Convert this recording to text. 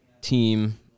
team